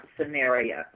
scenario